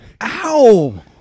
Ow